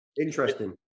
interesting